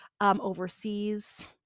overseas